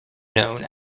known